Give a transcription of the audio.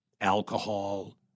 alcohol